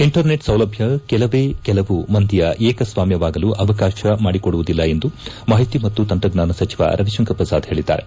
inter net ಸೌಲಭ್ಡ ಕೆಲವೇ ಕೆಲವು ಮಂದಿಯ ಏಕಸ್ವಾಮ್ಜವಾಗಲು ಅವಕಾಶ ಮಾಡಿಕೊಡುವುದಿಲ್ಲ ಎಂದು ಮಾಹಿತಿ ಮತ್ತು ತಂತ್ರಜ್ಞಾನ ಸಚಿವ ರವಿಶಂಕರ್ ಪ್ರಸಾದ್ ಹೇಳಿದ್ದಾರೆ